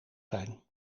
zijn